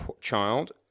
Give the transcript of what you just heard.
child